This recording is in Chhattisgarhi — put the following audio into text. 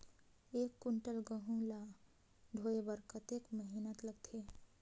एक कुंटल गहूं ला ढोए बर कतेक मेहनत लगथे?